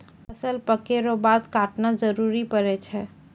फसल पक्कै रो बाद काटना जरुरी पड़ै छै